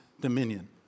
dominion